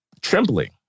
trembling